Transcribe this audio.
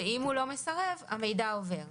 ואם הוא לא מסרב המידע עובר.